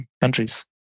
countries